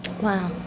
wow